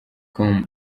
com